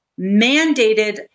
mandated